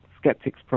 skeptics